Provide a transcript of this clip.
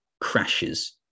crashes